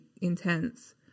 intense